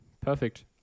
Perfect